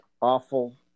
awful